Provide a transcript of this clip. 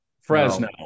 Fresno